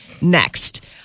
next